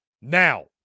Now